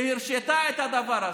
שהרשתה את הדבר הזה,